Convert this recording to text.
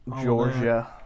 Georgia